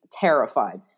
terrified